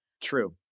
True